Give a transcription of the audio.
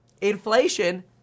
Inflation